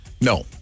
No